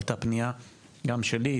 הייתה פנייה גם שלי,